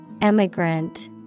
Emigrant